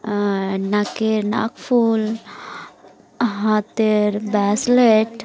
নাকের নাক ফুল হাতের ব্রেসলেট